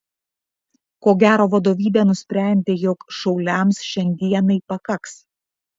ko gero vadovybė nusprendė jog šauliams šiandienai pakaks